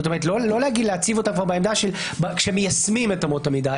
לא להציב אותן בעמדה כשמיישמים את אמות המידה,